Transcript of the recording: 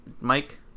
mike